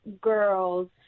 girls